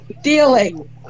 dealing